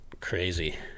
crazy